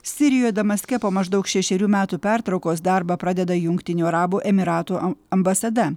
sirijoje damaske po maždaug šešerių metų pertraukos darbą pradeda jungtinių arabų emyratų ambasada